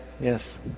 yes